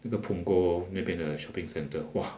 那个 punggol 那边的 shopping centre !wah!